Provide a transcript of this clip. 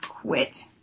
quit